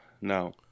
No